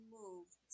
moved